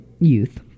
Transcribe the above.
youth